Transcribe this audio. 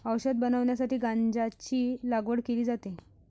औषध बनवण्यासाठी गांजाची लागवड केली जाते